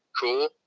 cool